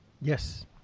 yes